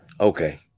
Okay